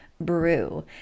brew